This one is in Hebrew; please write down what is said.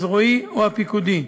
הזרועי או הפיקודי,